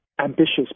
ambitious